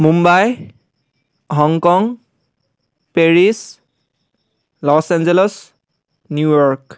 Mumbai Hong Kong Paris Los Angeles New York